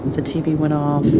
the tv went off.